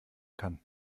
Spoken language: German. kann